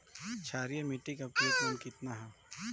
क्षारीय मीट्टी का पी.एच मान कितना ह?